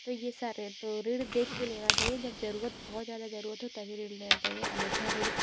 तो ये सारे तो ऋण देख के लेना चाहिए जब जरूरत बहुत ज़्यादा जरूरत हो तभी ऋण लेना चाहिए अन्यथा ऋण